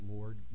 Lord